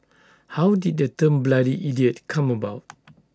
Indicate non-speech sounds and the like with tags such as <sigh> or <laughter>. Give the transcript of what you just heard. how did the term bloody idiot come about <noise>